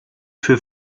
für